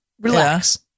relax